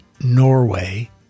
Norway